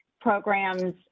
programs